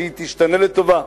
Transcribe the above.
שהיא תשתנה לטובה,